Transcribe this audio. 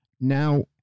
Now